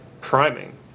priming